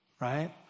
right